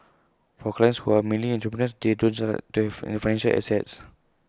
for clients who are mainly entrepreneurs they don't just like to have financial assets